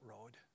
road